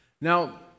Now